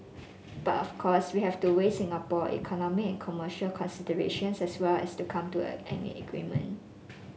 but of course we have to weigh Singapore economic commercial considerations as well to come to a an agreement